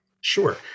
Sure